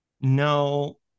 No